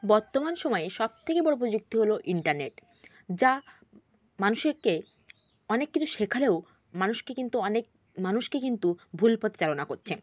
বর্তমান সময়ে সবথেকে বড় প্রযুক্তি হলো ইন্টারনেট যা মানুষেরকে অনেক কিছু শেখালেও মানুষকে কিন্তু অনেক মানুষকে কিন্তু ভুল পথে চালনা করছে